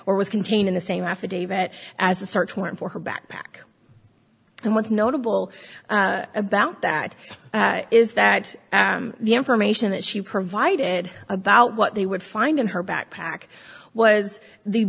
was contained in the same affidavit as a search warrant for her backpack and what's notable about that is that the information that she provided about what they would find in her backpack was the